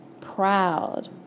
proud